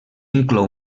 inclou